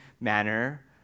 manner